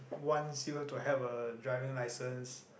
once you have to have a driving license